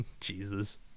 Jesus